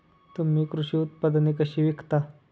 तुम्ही कृषी उत्पादने कशी विकता?